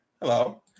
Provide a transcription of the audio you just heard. hello